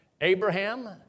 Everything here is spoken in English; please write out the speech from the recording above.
Abraham